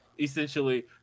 essentially